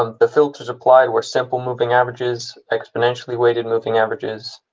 um the filters applied were simple moving averages, exponentially weighted moving averages,